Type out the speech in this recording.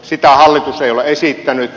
sitä hallitus ei ole esittänyt